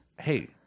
Hey